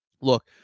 look